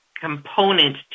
component